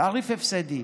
תעריף הפסדי.